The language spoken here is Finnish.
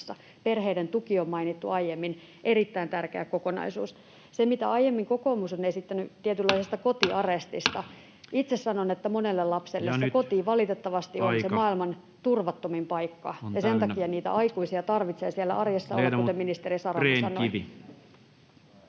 Perheiden tuki on mainittu aiemmin — erittäin tärkeä kokonaisuus. Siihen, mitä aiemmin kokoomus on esittänyt tietynlaisesta kotiarestista: itse sanon, että monelle lapselle koti valitettavasti on se maailman turvattomin paikka, [Puhemies: Ja nyt aika on täynnä!] ja sen takia niitä aikuisia tarvitsee siellä arjessa olla, kuten ministeri Saramo sanoi.